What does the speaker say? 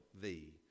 thee